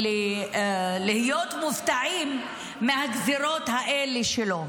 להיות מופתעים מהגזרות האלה שלו.